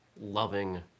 loving